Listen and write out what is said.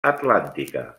atlàntica